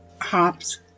hops